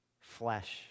flesh